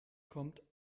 kommt